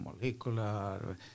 molecular